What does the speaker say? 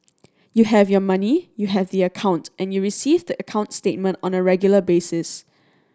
you have your money you have the account and you receive the account statement on a regular basis